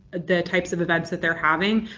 the types of events that they're having,